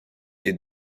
des